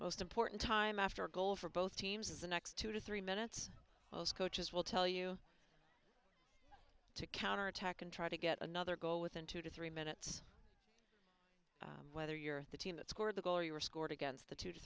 most important time after goal for both teams is the next two to three minutes most coaches will tell you to counterattack and try to get another goal within two to three minutes whether you're the team that scored the goal or you were scored against the two to